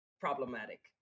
problematic